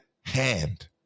hand